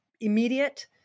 immediate